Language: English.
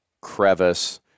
crevice